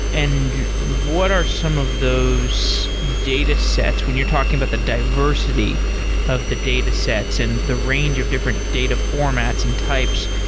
and what are some of those datasets when you're talking about the diversity of the datasets and the range of different data formats and types?